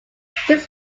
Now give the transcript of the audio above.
his